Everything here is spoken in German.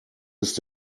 ist